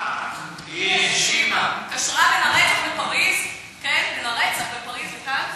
היא קשרה בין הרצח בפריז לכאן.